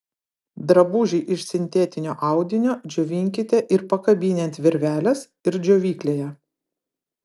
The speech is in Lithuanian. drabužį iš sintetinio audinio džiovinkite ir pakabinę ant virvelės ir džiovyklėje